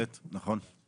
בהחלט, נכון.